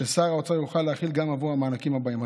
ששר האוצר יוכל להחיל זאת גם עבור המענקים הבאים.